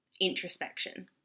introspection